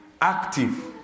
active